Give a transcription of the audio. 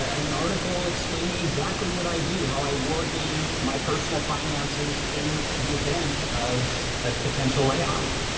an article explaining exactly what i do, how i war game, my personal finances in the event of a potential layoff.